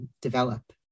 develop